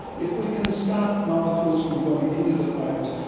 if we can stop molecules from going into the fibres,